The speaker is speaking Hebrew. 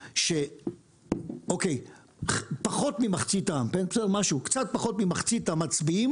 פחות ממחצית העם, קצת פחות ממחצית המצביעים